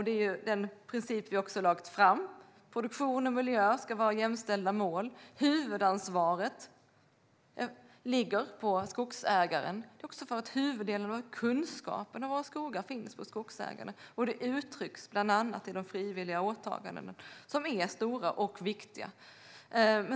Det är den princip vi också har lagt fram - produktion och miljö ska vara jämställda mål, och huvudansvaret ligger på skogsägaren. Det är också för att huvuddelen av kunskapen om våra skogar finns hos skogsägarna, och det uttrycks bland annat i de frivilliga åtagandena - som är stora och viktiga.